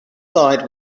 side